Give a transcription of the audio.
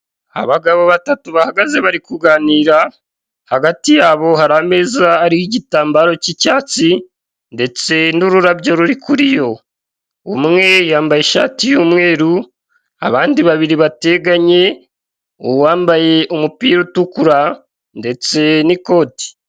Abagabo batatu bahagaze barikuganira hagati yabo hari ameza ariho igitambaro cy'icyatsi ndetse n'ururabyo ruri kuriyo, umwe yambaye ishati y'umweru, abandi babiri bateganye uwambaye umupira utukura ndetse n'ikoti.